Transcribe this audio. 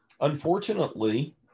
unfortunately